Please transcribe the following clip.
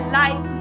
life